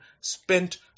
spent